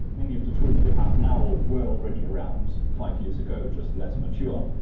many of the tools we have now were already around five years ago, just less mature.